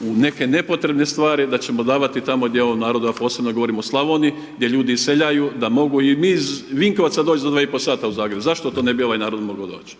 u neke nepotrebne stvari, da ćemo davati tamo gdje ovom narodu, a posebno govorim o Slavoniji, gdje ljudi iseljaju, da mogu i iz Vinkovaca doći za dva i pol sata u Zagreb. Zašto to ne bi ovaj narod mogao doć?